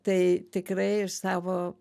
tai tikrai iš savo